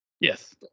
Yes